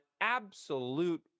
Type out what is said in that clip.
absolute